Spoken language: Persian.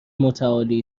متعالی